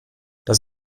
das